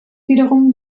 wiederum